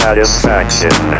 Satisfaction